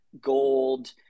gold